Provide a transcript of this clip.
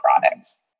products